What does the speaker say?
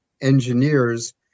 engineers